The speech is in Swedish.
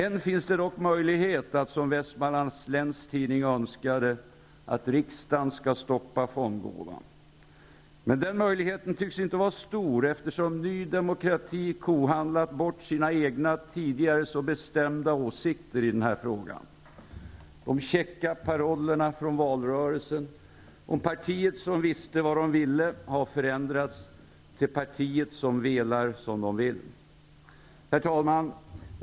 Än finns det dock möjlighet för riksdagen att som Västmanlands Läns Tidning önskade stoppa ''fondgåvan''. Men den möjligheten tycks inte vara stor, eftersom Ny demokrati kohandlat bort sina egna tidigare så bestämda åsikter i den här frågan. De käcka parollerna från valrörelsen om partiet som visste vad det ville har förändrats till partiet som velar som det vill. Herr talman!